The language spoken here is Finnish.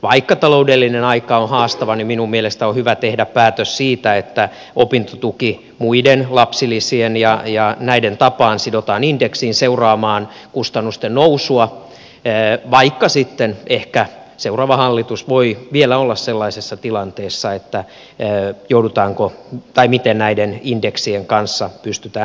vaikka taloudellinen aika on haastava niin minun mielestäni on hyvä tehdä päätös siitä että opintotuki muiden lapsilisien ja näiden tapaan sidotaan indeksiin seuraamaan kustannusten nousua vaikka sitten ehkä seuraava hallitus voi vielä olla sellaisessa tilanteessa että pohditaan miten näiden indeksien kanssa pystytään etenemään